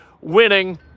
winning